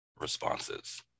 responses